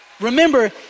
Remember